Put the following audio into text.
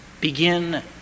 begin